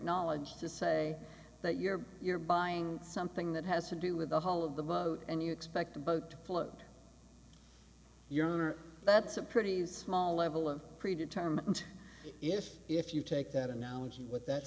knowledge to say that you're you're buying something that has to do with the whole of the vote and you expect a boat load your honor that's a pretty small level of pre determined if if you take that analogy with that